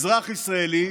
אזרח ישראלי